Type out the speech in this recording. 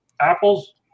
apples